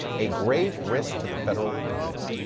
a grave risk to the federal government.